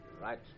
right